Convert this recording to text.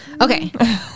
Okay